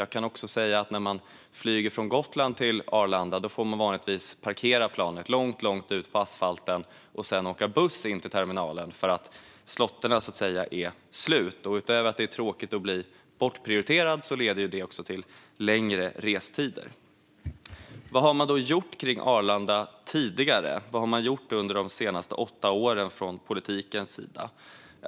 Jag kan också säga att när man flyger från Gotland till Arlanda parkeras planet vanligtvis långt ut på asfalten, och sedan får man åka buss in till terminalen eftersom slottarna så att säga är slut. Utöver att det är tråkigt att bli bortprioriterad leder detta också till längre restider. Vad har man då gjort när det gäller Arlanda tidigare? Vad har man under de senaste åtta åren gjort från politikens sida?